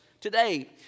today